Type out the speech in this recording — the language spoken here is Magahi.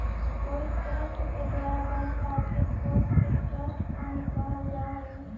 कोई ट्रस्ट के द्वारा बनल आर्थिक कोश के ट्रस्ट फंड कहल जा हई